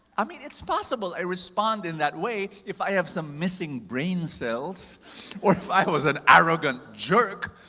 i mean, it's possible i respond in that way, if i have some missing brain cells or if i was an arrogant jerk.